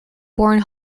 born